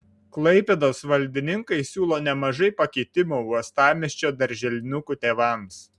klaipėdos valdininkai siūlo nemažai pakeitimų uostamiesčio darželinukų tėvams